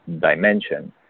dimension